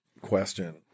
question